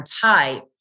type